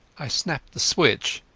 i snapped the switch,